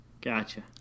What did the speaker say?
Gotcha